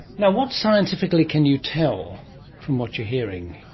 yeah what scientifically can you tell from what you're hearing?